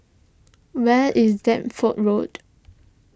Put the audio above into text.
where is Deptford Road